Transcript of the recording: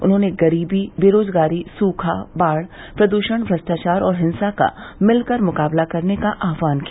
उन्होंने गरीबी बेरोजगारी सूखा बाढ़ प्रदृषण भ्रष्टाचार और हिंसा का मिलकर मुकाबला करने का आह्वान किया